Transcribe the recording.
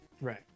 Right